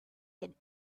had